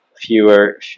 Fewer